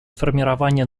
формирование